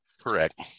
Correct